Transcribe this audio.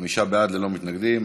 חמישה בעד, ללא מתנגדים.